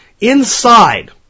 Inside